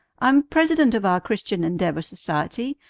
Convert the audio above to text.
i'm president of our christian endeavor society,